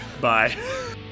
Bye